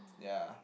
ya